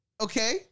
okay